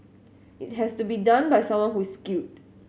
it has to be done by someone who's skilled